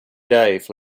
dave